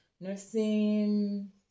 nursing